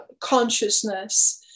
consciousness